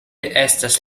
estas